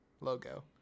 logo